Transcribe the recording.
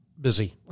Busy